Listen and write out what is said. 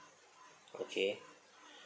okay